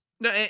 No